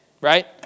right